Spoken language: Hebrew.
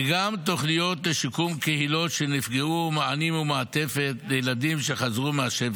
וגם תוכניות לשיקום קהילות שנפגעו ומענים ומעטפת לילדים שחזרו מהשבי.